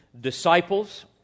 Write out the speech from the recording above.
disciples